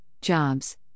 jobs